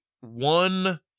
one